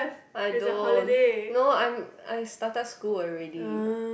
I don't no I'm I started school already